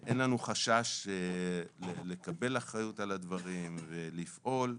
אין לנו חשש לקבל אחריות על הדברים ולפעול,